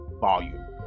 volume